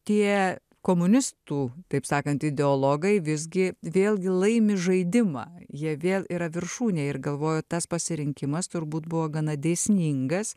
tie komunistų taip sakant ideologai visgi vėlgi laimi žaidimą jie vėl yra viršūnėj ir galvoju tas pasirinkimas turbūt buvo gana dėsningas